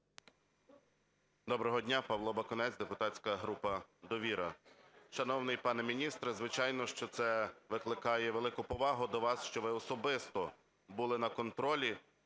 Доброго дня! Павло Бакунець, депутатська група "Довіра". Шановний пане міністр, звичайно, що це викликає велику повагу до вас, що ви особисто були на кордоні